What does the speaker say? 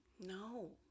no